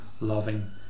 loving